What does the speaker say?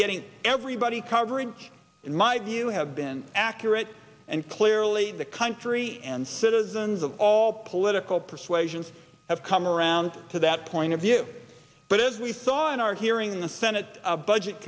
getting everybody coverage in my view have been accurate and clearly the country and citizens of all political persuasions have come around to that point of view but as we saw in our hearing the senate budget